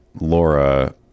Laura